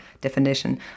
definition